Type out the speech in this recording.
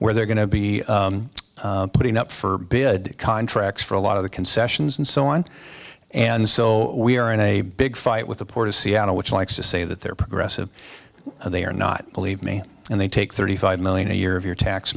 where they're going to be putting up for bid contracts for a lot of the concessions and so on and so we are in a big fight with the port of seattle which likes to say that they're progressive they are not believe me and they take thirty five million a year of your tax